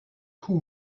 cou